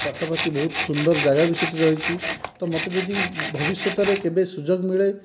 ପାଖାପାଖି ବହୁତ ସୁନ୍ଦର ଯାଗା ବି ସେଠି ରହିଛି ତ ମତେ ଯଦି ଭବିଷ୍ୟତରେ କେବେ ସୁଯୋଗ ମିଳେ